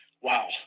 Wow